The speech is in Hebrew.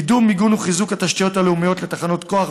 קידום מיגון וחיזוק של התשתיות הלאומיות לתחנות כוח